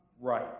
right